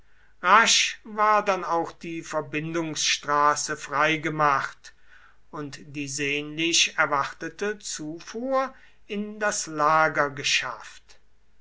rasch war dann auch die verbindungsstraße freigemacht und die sehnlich erwartete zufuhr in das lager geschafft